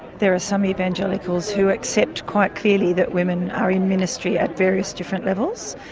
there are some evangelicals who accept quite clearly that women are in ministry at various different levels.